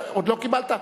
אתה עוד לא קיבלת?